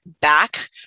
back